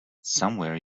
somewhere